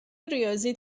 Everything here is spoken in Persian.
ریاضی